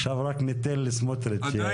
עכשיו רק ניתן לסמוטריץ.